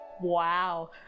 wow